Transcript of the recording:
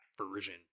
version